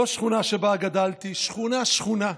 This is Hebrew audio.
לא שכונה שבה גדלתי, שכונה שכונה.